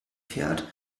fährt